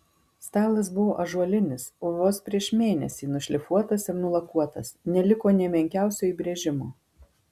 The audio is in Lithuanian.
stalas buvo ąžuolinis vos prieš mėnesį nušlifuotas ir nulakuotas neliko nė menkiausio įbrėžimo